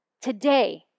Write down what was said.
today